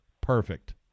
perfect